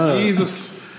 Jesus